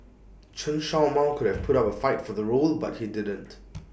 Chen show Mao could have put up A fight for the role but he didn't